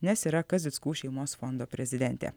nes yra kazickų šeimos fondo prezidentė